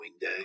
day